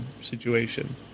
situation